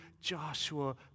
Joshua